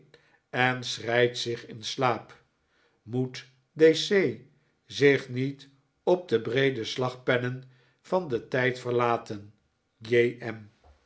en schreit zich in slaap moet d c zich niet op de breede slagpennen van den tijd verlaten